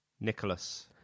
Nicholas